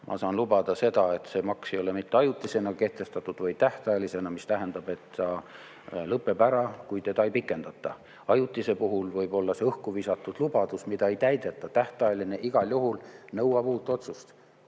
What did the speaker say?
ma saan lubada seda, et see maks ei ole kehtestatud mitte ajutisena, vaid tähtajalisena, mis tähendab, et ta lõpeb ära, kui teda ei pikendata. Ajutise puhul võib olla õhku visatud lubadus, mida ei täideta, tähtajaline igal juhul nõuab uut otsust: